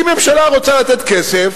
אם ממשלה רוצה לתת כסף